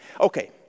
Okay